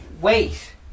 Wait